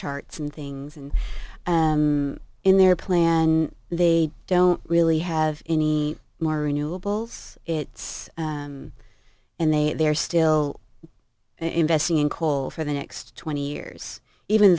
charts and things and in their plan they don't really have any more renewables it's and they they're still investing in coal for the next twenty years even